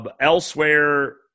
Elsewhere